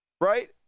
right